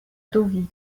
deauville